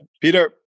Peter